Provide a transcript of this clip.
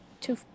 two